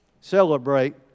celebrate